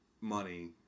money